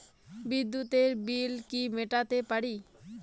বিদ্যুতের বিল কি মেটাতে পারি?